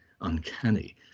uncanny